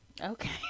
okay